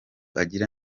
agira